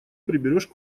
приберешь